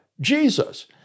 Jesus